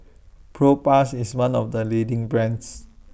Propass IS one of The leading brands